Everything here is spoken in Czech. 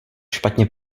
špatně